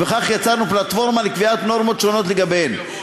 בכך יצרנו פלטפורמה לקביעת נורמות שונות לגביהם.